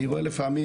אני רואה לפעמים,